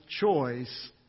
choice